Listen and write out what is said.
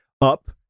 up